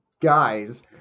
guys